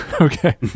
Okay